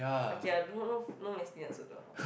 okay ah no no no mass tin I also don't know how